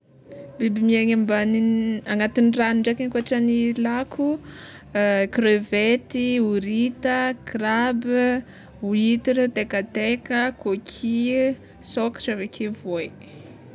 Biby miaigny ambanin'ny agnatin'ny ragno ndraiky ankoatran'ny lako: krevety, horita, krabe, huitre, tekateka, coquille, sokatra aveke voay.